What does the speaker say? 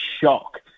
Shock